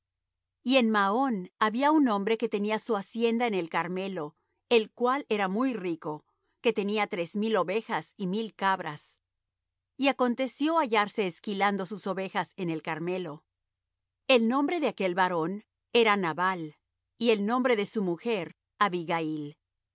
y en maón había un hombre que tenía su hacienda en el carmelo el cual era muy rico que tenía tres mil ovejas y mil cabras y aconteció hallarse esquilando sus ovejas en el carmelo el nombre de aquel varón era nabal y el nombre de su mujer abigail